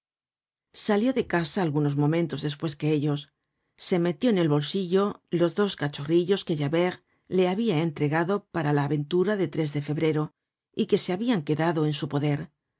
salió de casa algunos momentos despues que ellos se metió en el bolsillo los dos cachorrillos que javert le habia entregado para la aventura de de febrero y que se habian quedado en su poder